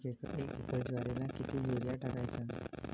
एक एकर ज्वारीला किती युरिया टाकायचा?